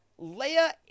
Leia